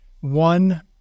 One